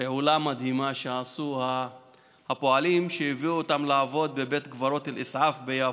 פעולה מדהימה שעשו הפועלים: הביאו אותם לעבוד בבית קברות אל-אסעאף ביפו,